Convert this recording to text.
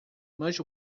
much